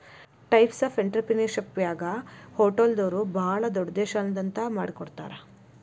types of ಎನ್ಟ್ರಿಪ್ರಿನಿಯರ್ಶಿಪ್ನ್ಯಾಗ ಹೊಟಲ್ದೊರು ಭಾಳ್ ದೊಡುದ್ಯಂಶೇಲತಾ ಮಾಡಿಕೊಡ್ತಾರ